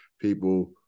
people –